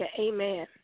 amen